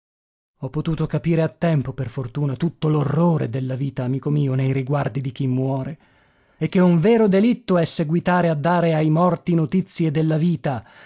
ho potuto capire a tempo per fortuna tutto l'orrore della vita amico mio nei riguardi di chi muore e che un vero delitto è seguitare a dare ai morti notizie della vita